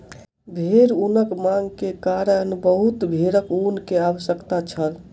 भेड़ ऊनक मांग के कारण बहुत भेड़क ऊन के आवश्यकता छल